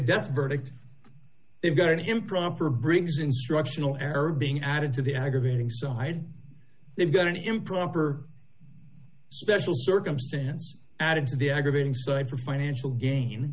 death verdict they've got an improper briggs instructional error being added to the aggravating side they've got an improper special circumstance added to the aggravating side for financial gain